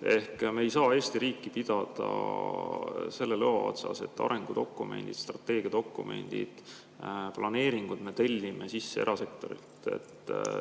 Ehk me ei saa Eesti riiki pidada selle lõa otsas, et arengudokumendid, strateegiadokumendid, planeeringud me tellime sisse erasektorilt.